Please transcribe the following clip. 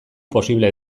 posible